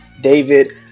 David